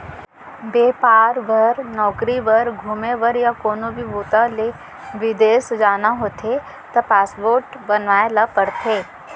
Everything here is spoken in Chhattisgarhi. बेपार बर, नउकरी बर, घूमे बर य कोनो भी बूता ले बिदेस जाना होथे त पासपोर्ट बनवाए ल परथे